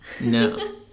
No